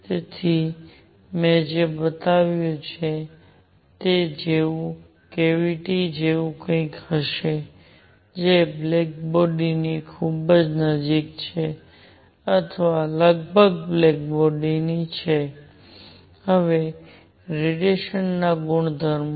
તેથી મેં જે બતાવ્યું છે તે જેવું કેવીટી જેવુ કંઈક છે જે બ્લેક બોડી ની ખૂબ નજીક છે અથવા લગભગ બ્લેક બોડી ની છે હવે રેડિયેશન ના ગુણધર્મો